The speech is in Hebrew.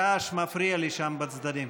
הרעש מפריע לי שם בצדדים.